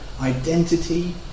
identity